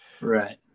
Right